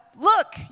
look